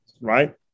right